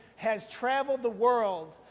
has traveled the world